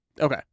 Okay